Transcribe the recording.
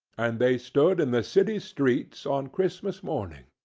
and they stood in the city streets on christmas morning,